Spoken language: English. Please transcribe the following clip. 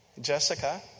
Jessica